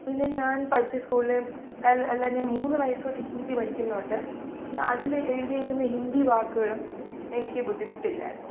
പിന്നെ ഞാൻ പഠിച്ച സ്കൂളിൽ അല്ല ഞാൻ മൂന്ന് വയസ്സ് തൊട്ട് ഹിന്ദി പഠിക്കുന്നുണ്ട് അതിലെഴുതിയേക്കുന്ന ഹിന്ദി വാക്കുകളും എനിക്ക് ബുദ്ധിമുട്ടില്ലായിരുന്നു